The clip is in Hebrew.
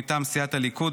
מטעם סיעת הליכוד,